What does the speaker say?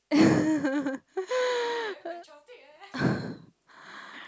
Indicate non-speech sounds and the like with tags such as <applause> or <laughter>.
<laughs> <breath>